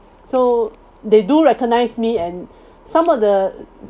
so they do recognise me and some of the